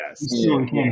yes